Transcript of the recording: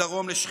מדרום לשכם.